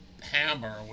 hammer